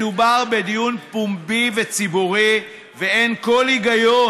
מדובר בדיון פומבי וציבורי, ואין כל היגיון.